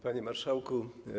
Panie Marszałku!